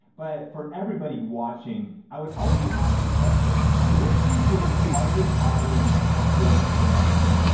but for everybody watching, i would always ask this question, where is your target audience active the most?